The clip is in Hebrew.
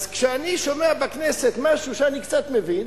אז כשאני שומע בכנסת משהו שאני קצת מבין,